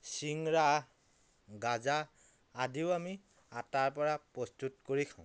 চিংৰা গাজা আদিও আমি আটাৰ পৰা প্ৰস্তুত কৰি খাওঁ